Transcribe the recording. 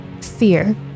fear